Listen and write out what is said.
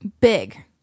Big